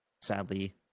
sadly